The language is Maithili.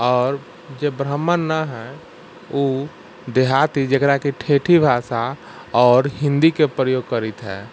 आओर जे ब्राह्मण नहि हइ ओ देहाती जकरा कि ठेठी भाषा आओर हिन्दीके प्रयोग करैत हइ